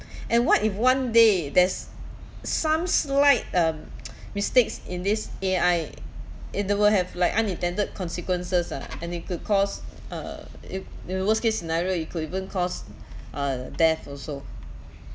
and what if one day there's some slight um mistakes in this A_I in the world have like unintended consequences ah and it could cause uh if in the worst case scenario it could even cost uh death also